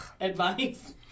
advice